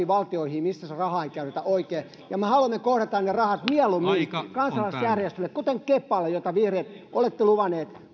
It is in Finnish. valtioihin missä sitä rahaa ei käytetä oikein me haluamme kohdentaa ne rahat mieluummin kansalaisjärjestöille kuten kepalle jota te vihreät olette luvanneet